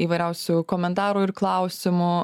įvairiausių komentarų ir klausimų